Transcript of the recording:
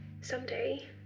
someday